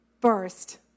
First